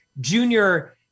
junior